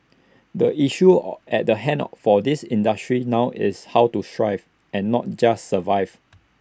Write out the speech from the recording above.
the issue at hand for this industry now is how to thrive and not just survive